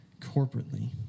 corporately